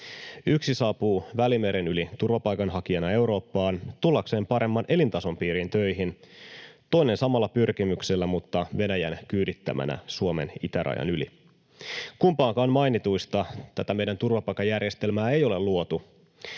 Yksi saapuu Välimeren yli turvapaikanhakijana Eurooppaan tullakseen paremman elintason piiriin töihin, toinen samalla pyrkimyksellä mutta Venäjän kyydittämänä Suomen itärajan yli. Kumpaankaan mainituista tätä meidän turvapaikkajärjestelmäämme ei ole luotu.